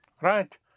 Right